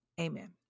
Amen